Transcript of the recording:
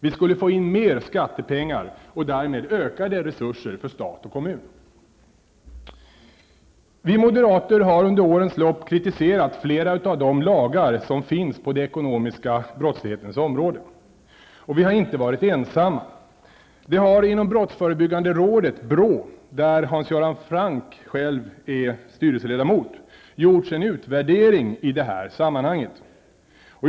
Vi skulle få in mer skattepengar och därmed få ökade resurser för stat och kommun. Vi moderater har under årens lopp kritiserat flera av de lagar som finns på den ekonomiska brottslighetens område. Och vi har inte varit ensamma. Det har inom brottsförebyggande rådet -- där bl.a. Hans Göran Franck är styrelseledamot -- gjorts en utvärdering i det här sammanhanget.